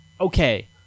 okay